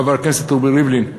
חבר הכנסת רובי ריבלין,